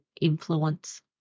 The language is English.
influence